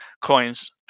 coins